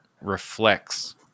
reflects